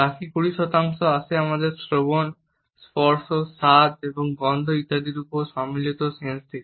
বাকি 20 শতাংশ আসে আমাদের শ্রবণ স্পর্শ স্বাদ এবং গন্ধ ইত্যাদির সম্মিলিত সেন্স থেকে